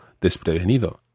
desprevenido